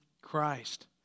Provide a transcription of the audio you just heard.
Christ